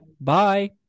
Bye